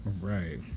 right